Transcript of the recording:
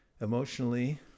emotionally